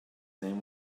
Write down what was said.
name